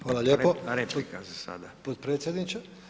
Hvala lijepo potpredsjedniče.